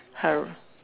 her